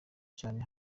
cyane